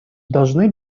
должны